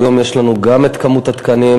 והיום יש לנו גם את כמות התקנים,